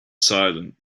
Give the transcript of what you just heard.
silent